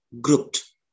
grouped